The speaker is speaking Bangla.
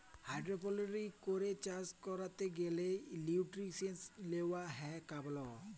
হাইড্রপলিক্স করে চাষ ক্যরতে গ্যালে লিউট্রিয়েন্টস লেওয়া হ্যয় কার্বল